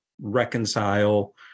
reconcile